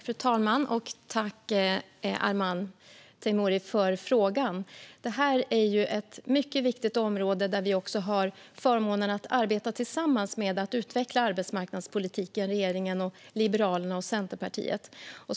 Fru talman! Tack, Arman Teimouri, för frågan! Det här är ett mycket viktigt område där regeringen, Liberalerna och Centerpartiet tillsammans har förmånen att arbeta med att utveckla arbetsmarknadspolitiken.